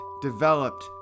developed